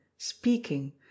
speaking